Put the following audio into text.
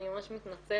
אני ממש מתנצלת,